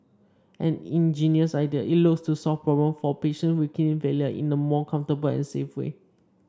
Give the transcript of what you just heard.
an ingenious idea it looks to solve problem for patients with kidney failure in a more comfortable and safe way